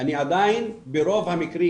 אני עדיין ברוב המקרים,